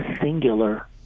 singular